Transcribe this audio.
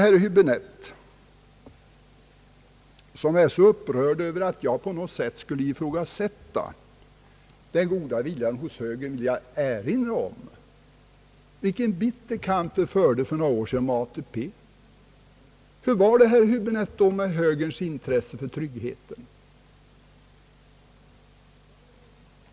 Herr Häbinette, som är så upprörd över att jag på något sätt skulle ifrågasätta den goda viljan hos högern, vill jag erinra om vilken bitter kamp vi förde för några år sedan om ATP. Hur var det då, herr Höäbinette, med högerns intresse för tryggheten?